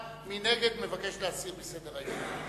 מי שנגד מבקש להסיר מסדר-היום.